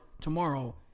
tomorrow